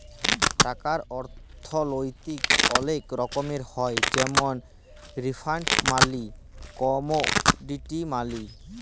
টাকার অথ্থলৈতিক অলেক রকমের হ্যয় যেমল ফিয়াট মালি, কমোডিটি মালি